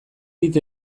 dit